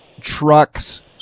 trucks